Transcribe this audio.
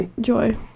Joy